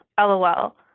LOL